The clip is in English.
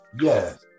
Yes